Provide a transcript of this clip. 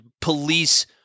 police